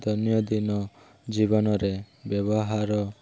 ଦୈନଦିନ ଜୀବନରେ ବ୍ୟବହାର